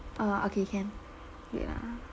err okay can wait ah